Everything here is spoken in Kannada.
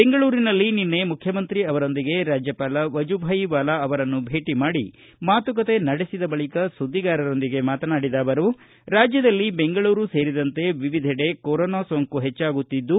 ಬೆಂಗಳೂರಿನಲ್ಲಿ ನಿನ್ನೆ ಮುಖ್ಯಮಂತ್ರಿ ಅವರೊಂದಿಗೆ ರಾಜ್ಯಪಾಲ ವಜೂಬಾಯಿ ವಾಲಾ ಅವರನ್ನು ಬೇಟಿ ಮಾಡಿ ಮಾತುಕತೆ ನಡೆಸಿದ ಬಳಿಕ ಸುದ್ಗಿಗಾರರೊಂದಿಗೆ ಮಾತನಾಡಿದ ಅವರು ರಾಜ್ಯದಲ್ಲಿ ಬೆಂಗಳೂರು ಸೇರಿದಂತೆ ವಿವಿಧೆಡೆ ಕೊರಾನಾ ಸೋಂಕು ಪೆಚ್ಚಾಗುತ್ತಿದ್ದು